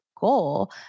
Goal